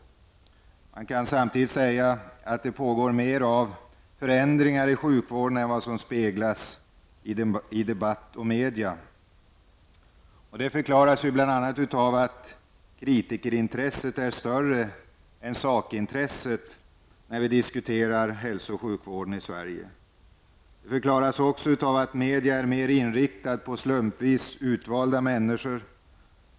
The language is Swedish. Samtidigt kan det konstateras att det pågår mer av förändringar i sjukvården än som återspeglas i debatt och media. En förklaring är att kritikerintresset är större än sakintresset i diskussionen om hälso och sjukvården i Sverige. En annan förklaring är att media är mer inriktade på slumpvis utvalda människor.